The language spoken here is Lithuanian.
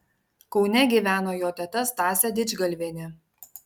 kaune gyveno jo teta stasė didžgalvienė